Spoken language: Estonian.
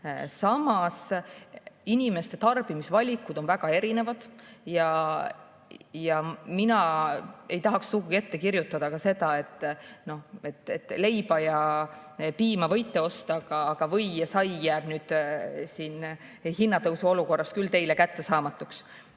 Samas, inimeste tarbimisvalikud on väga erinevad. Siiski mina ei tahaks sugugi ette kirjutada seda, et leiba ja piima võite osta, aga või ja sai jääb nüüd hinnatõusu olukorras küll teile kättesaamatuks.